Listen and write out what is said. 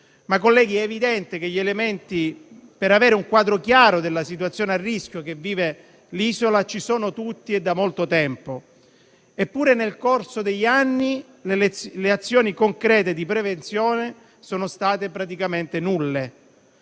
colleghi, che gli elementi per avere un quadro chiaro della situazione di rischio che vive l'isola ci sono tutti e da molto tempo. Eppure, nel corso degli anni le azioni concrete di prevenzione sono state praticamente nulle.